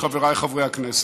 חבריי חברי הכנסת,